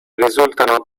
risultano